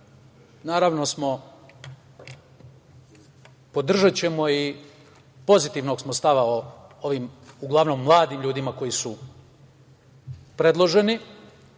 ćemo podržati i pozitivnog smo stava i ovim uglavnom mladim ljudima koji su predloženi.